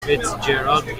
fitzgerald